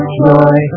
joy